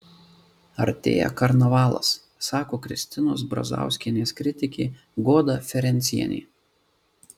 artėja karnavalas sako kristinos brazauskienės kritikė goda ferencienė